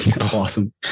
awesome